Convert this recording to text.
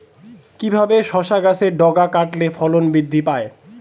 কিভাবে শসা গাছের ডগা কাটলে ফলন বৃদ্ধি পায়?